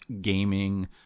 gaming